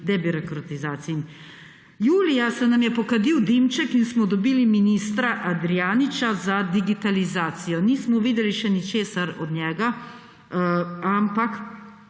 debirokratizaciji. Julija se nam je pokadil dimček in smo dobili ministra Andrijaniča za digitalizacijo. Nismo videli še ničesar od njega, ampak